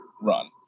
run